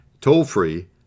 Toll-free